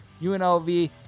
UNLV